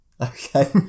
Okay